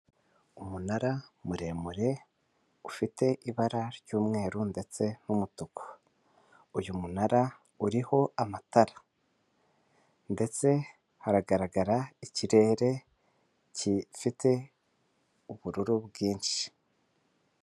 Umunara muremure ufite ibara ry'umweru ndetse n'umutuku, uyu munara uriho amatara ndetse hagaragara ikirere gifite ubururu bwinshi.